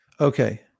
Okay